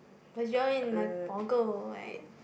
cause you're in like Boggle right